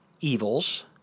evils